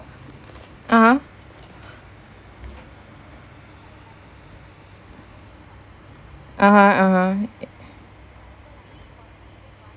(uh huh) (uh huh) (uh huh)